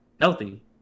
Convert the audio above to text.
healthy